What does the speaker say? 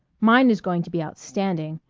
mine is going to be outstanding.